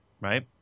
Right